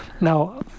Now